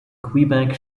quebec